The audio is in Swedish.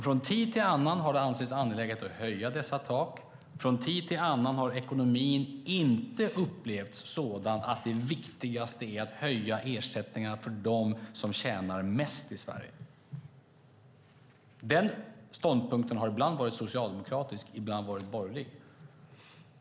Från tid till annan har det ansetts angeläget att höja dessa tak. Från tid till annan har ekonomin inte upplevts som sådan att det viktigaste är att höja ersättningarna för dem som tjänar mest i Sverige. Den ståndpunkten har ibland varit socialdemokratisk och ibland varit borgerlig.